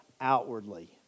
outwardly